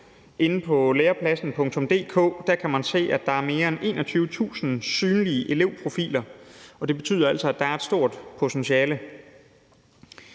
Inde på Lærepladsen.dk kan man se, at der er mere end 21.000 synlige elevprofiler, og det betyder altså, at der er et stort potentiale.